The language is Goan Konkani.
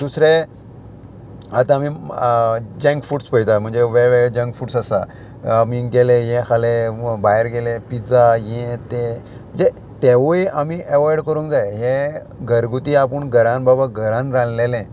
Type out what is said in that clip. दुसरें आतां आमी जंक फुड्स पयता म्हणजे वेगवेगळे जंक फुड्स आसात आमी गेले हे खाले भायर गेले पिझ्झा हे ते म्हणजे तेवूय आमी एवॉयड करूंक जाय हे घरगुती आपूण घरान बाबा घरान रांदलेले